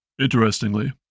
Interestingly